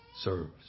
serves